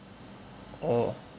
oh